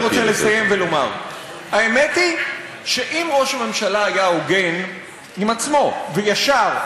אני רוצה לסיים ולומר: האמת היא שאם ראש הממשלה היה הוגן עם עצמו וישר,